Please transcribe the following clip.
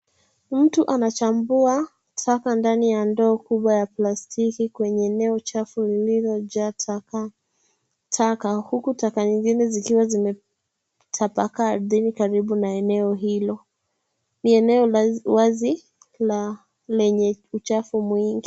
Mtu anachambua taka ndani ya ndoo kubwa ya plastiki kwenye eneo chafu lililojaa taka huku taka nyingine zikiwa zimetapakaa ardhini karibu na eneo hilo. Ni eneo la wazi lenye uchafu mwingi.